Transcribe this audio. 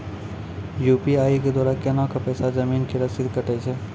UPI के द्वारा केना कऽ पैसा जमीन के रसीद कटैय छै?